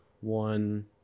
one